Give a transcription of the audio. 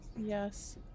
Yes